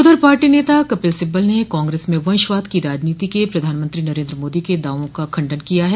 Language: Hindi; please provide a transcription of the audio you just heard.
उधर पार्टी नेता कपिल सिब्बल ने कांग्रेस में वंशवाद की राजनीति के प्रधानमंत्री नरेन्द्र मोदी के दावों का खंडन किया है